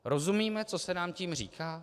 Rozumíme, co se nám tím říká?